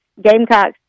Gamecocks